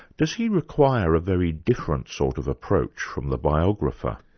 does he require a very different sort of approach from the biographer?